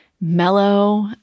mellow